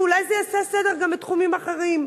ואולי זה יעשה סדר גם בתחומים אחרים.